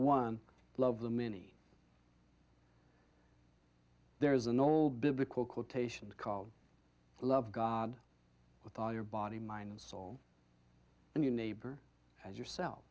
one love the many there is an old biblical quotation called love god with all your body mind and soul and your neighbor as yourself